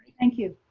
thank you.